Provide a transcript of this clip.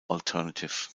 alternative